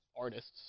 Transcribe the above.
artists